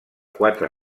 quatre